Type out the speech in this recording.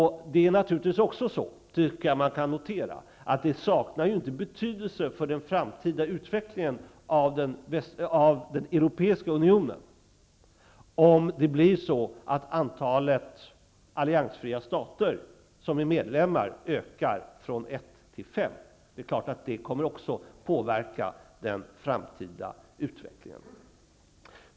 Man kan också notera att det inte saknar betydelse för den framtida utvecklingen av den europeiska unionen om antalet alliansfria stater som är medlemmar ökar från en till fem. Det är klart att också det kommer att påverka den framtida utvecklingen.